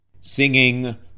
singing